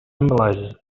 symbolizes